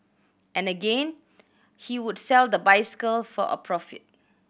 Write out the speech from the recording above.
and again he would sell the bicycle for a profit